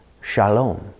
shalom